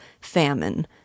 famine